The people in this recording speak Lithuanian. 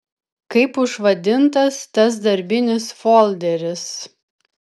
kaip užvadintas tas darbinis folderis